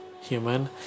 human